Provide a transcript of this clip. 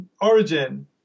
origin